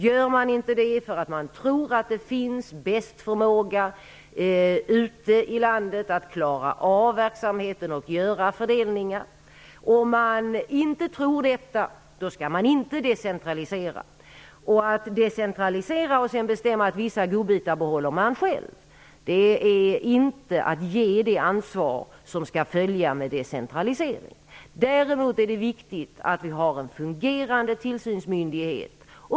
Gör man det inte för att man tror att det ute i landet finns bäst förmåga att klara av verksamheten och göra fördelningar? Om man inte tror detta skall man inte decentralisera. Att decentralisera och sedan bestämma att man skall behålla vissa godbitar själv är inte att ge det ansvar som skall följa med decentralisering. Däremot är det viktigt att vi har en fungerande tillsynsmyndighet.